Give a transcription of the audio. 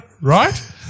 Right